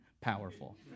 powerful